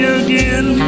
again